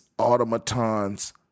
automatons